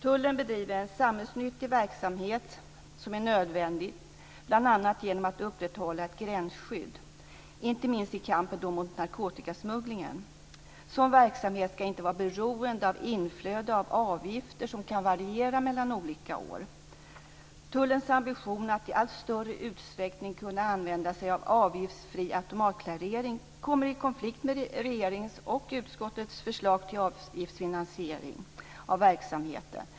Tullen bedriver en samhällsnyttig verksamhet som är nödvändig bl.a. genom att upprätthålla ett gränsskydd - inte minst i kampen mot narkotikasmugglingen. Sådan verksamhet ska inte vara beroende av inflöde av avgifter som kan variera mellan olika år. Tullens ambition att i allt större utsträckning kunna använda sig av avgiftsfri automatklarering kommer i konflikt med regeringens och utskottets förslag till avgiftsfinansiering av verksamheten.